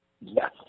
Yes